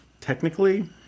technically